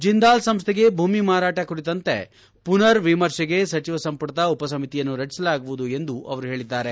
ಜಿಂದಾಲ್ ಸಂಸ್ಟೆಗೆ ಭೂಮಿ ಮಾರಾಟ ಕುರಿತಂತೆ ಪುನರ್ ವಿಮರ್ಶೆಗೆ ಸಚಿವ ಸಂಪುಟದ ಉಪ ಸಮಿತಿಯನ್ನು ರಚಿಸಲಾಗುವುದು ಎಂದು ಅವರು ತಿಳಿಸಿದ್ದಾರೆ